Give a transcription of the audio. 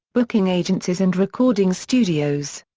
booking agencies and recording studios.